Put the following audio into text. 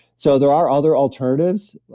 so there are other alternatives.